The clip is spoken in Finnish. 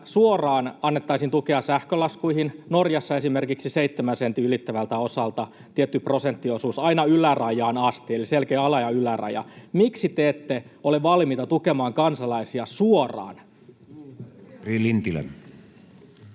suoraan annettaisiin tukea sähkölaskuihin? Norjassa se on esimerkiksi seitsemän senttiä ylittävältä osalta tietty prosenttiosuus aina ylärajaan asti, eli on selkeä ala- ja yläraja. Miksi te ette ole valmiita tukemaan kansalaisia suoraan? [Speech